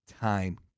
time